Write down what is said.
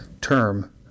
term